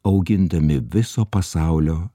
augindami viso pasaulio